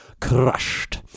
crushed